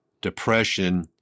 depression